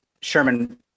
Sherman